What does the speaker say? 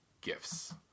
gifts